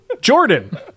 Jordan